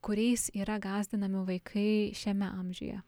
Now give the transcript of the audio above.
kuriais yra gąsdinami vaikai šiame amžiuje